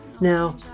Now